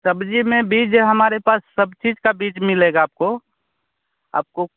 सब्ज़ी में बीज हमारे पास सब चीज़ का बीज मिलेगा आपको आपको